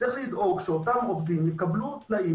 צריך לדאוג שאותם עובדים יקבלו תנאים